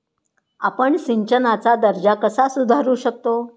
आपण सिंचनाचा दर्जा कसा सुधारू शकतो?